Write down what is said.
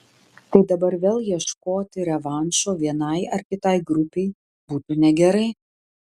tai dabar vėl ieškoti revanšo vienai ar kitai grupei būtų negerai